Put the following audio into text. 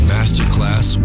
Masterclass